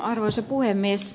arvoisa puhemies